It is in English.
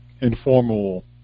informal